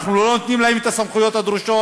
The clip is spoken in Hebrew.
אנחנו לא נותנים להם את הסמכויות הדרושות,